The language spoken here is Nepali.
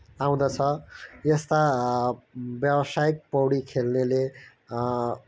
आउँदछ यस्ता व्यावसायिक पौडी खेल्नेले